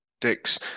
dicks